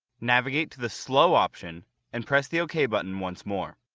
navigate to the slow option and press the ok button once more.